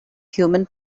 human